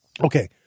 Okay